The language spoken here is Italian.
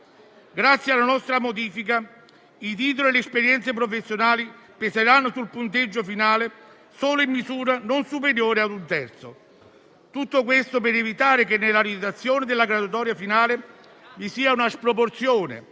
Grazie alla nostra modifica i titoli e le esperienze professionali peseranno sul punteggio finale solo in misura non superiore ad un terzo. Tutto questo per evitare che nella redazione della graduatoria finale vi sia una sproporzione